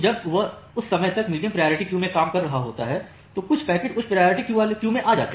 जब यह उस समय तक मीडियम प्रायोरिटी क्यू में काम कर रहा होता है तो कुछ पैकेट्स उच्च प्रायोरिटी क्यू में आते हैं